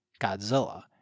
Godzilla